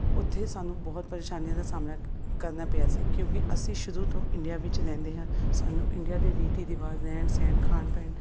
ਉੱਥੇ ਸਾਨੂੰ ਬਹੁਤ ਪਰੇਸ਼ਾਨੀ ਦਾ ਸਾਹਮਣਾ ਕਰਨਾ ਪਿਆ ਸੀ ਕਿਉਂਕਿ ਅਸੀਂ ਸ਼ੁਰੂ ਤੋਂ ਇੰਡੀਆ ਵਿੱਚ ਰਹਿੰਦੇ ਹਾਂ ਸਾਨੂੰ ਇੰਡੀਆ ਦੇ ਰੀਤੀ ਰਿਵਾਜ ਰਹਿਣ ਸਹਿਣ ਖਾਣ ਪੀਣ